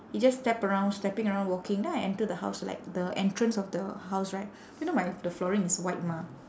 he just step around stepping around walking then I enter the house like the entrance of the house right then you know my the flooring is white mah